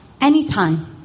Anytime